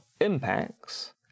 impacts